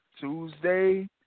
Tuesday